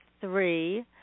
three